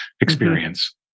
experience